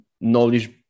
knowledge